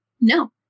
No